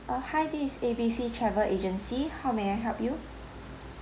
uh hi this is A B C travel agency how may I help you